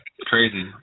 crazy